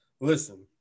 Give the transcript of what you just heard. listen